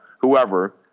whoever